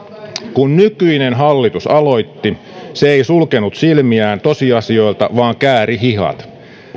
kun nykyinen hallitus aloitti se ei sulkenut silmiään tosiasioilta vaan kääri hihat